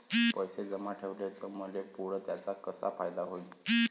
पैसे जमा ठेवले त मले पुढं त्याचा कसा फायदा होईन?